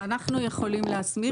אנחנו יכולים להסמיך.